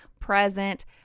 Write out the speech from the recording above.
present